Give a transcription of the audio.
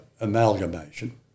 amalgamation